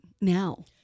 now